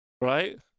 right